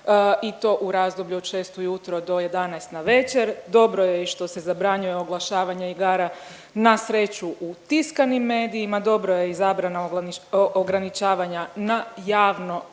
i to u razdoblju od 6 ujutro do 11 navečer, dobro je i što se zabranjuje oglašavanje igara na sreću u tiskanim medijima, dobra je i zabrana ograničavanja na javno